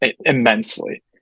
immensely